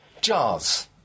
Jars